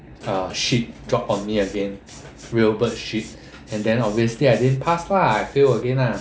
uh shit drop on me again real bird shit and then obviously I didn't pass lah I fail again lah